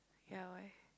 ya why